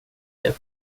det